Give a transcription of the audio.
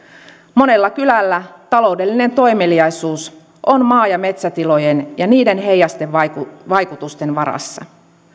monella kylällä taloudellinen toimeliaisuus on maa ja metsätilojen ja niiden heijastevaikutusten varassa